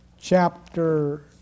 chapter